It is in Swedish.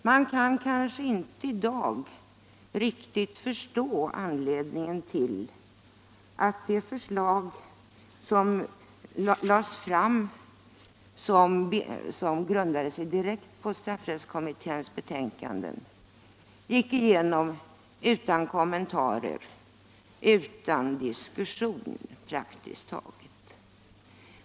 Man kan kanske inte i dag riktigt förstå anledningen till att det förslag som lades fram, vilket grundade sig direkt på straffrättskommitténs betänkanden, gick igenom utan kommentarer, utan diskussion praktiskt taget.